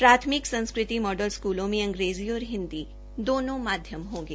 प्राथमिक संस्कृति मॉडल में अंग्रेजी और हिन्दी दोनों माध्यम होंगे